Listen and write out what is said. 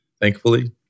thankfully